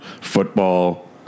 football